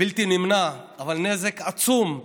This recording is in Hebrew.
בלתי נמנע, אבל נזק עצום,